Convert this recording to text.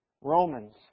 Romans